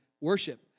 worship